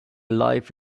life